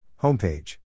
Homepage